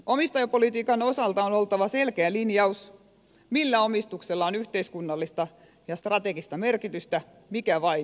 omistajapolitiikan osalta on oltava selkeä linjaus millä omistuksella on yhteiskunnallista ja strategista merkitystä mikä on vain sijoitustoimintaa